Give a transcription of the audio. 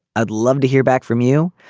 i'd love to hear back from you.